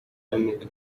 runiga